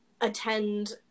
attend